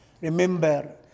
remember